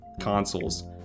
consoles